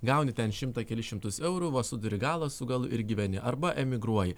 gauni ten šimtą kelis šimtus eurų vos suduri galą su galu ir gyveni arba emigruoji